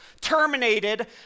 terminated